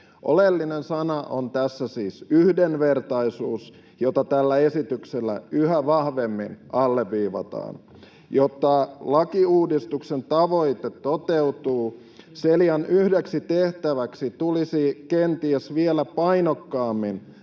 Oleellinen sana on tässä siis ”yhdenvertaisuus”, jota tällä esityksellä yhä vahvemmin alleviivataan. Jotta lakiuudistuksen tavoite toteutuu, Celian yhdeksi tehtäväksi tulisi kenties vielä painokkaammin